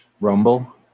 Rumble